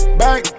back